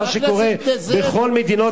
מה שקורה בכל מדינות ערב,